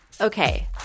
Okay